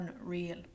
unreal